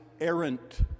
errant